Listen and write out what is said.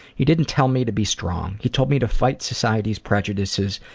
he didn't tell me to be strong. he told me to fight society's prejudices,